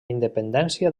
independència